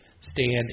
stand